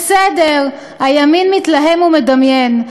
בסדר, הימין מתלהם ומדמיין.